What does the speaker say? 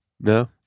No